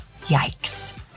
Yikes